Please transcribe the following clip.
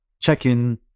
Check-in